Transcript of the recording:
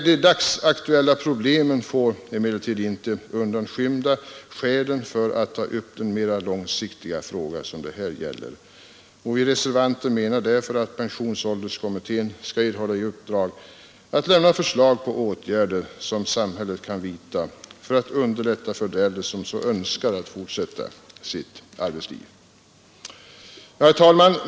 De dagsaktuella problemen får emellertid inte undanskymma skälen för att ta upp den mera långsiktiga fråga som det här gäller. Vi reservanter menar därför att pensionsålderskommittén skall erhålla i uppdrag att lämna förslag till åtgärder som samhället kan vidta för att underlätta för de äldre som så önskar att fortsätta sitt arbetsliv. Herr talman!